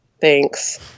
Thanks